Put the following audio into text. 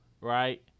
right